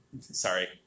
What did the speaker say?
Sorry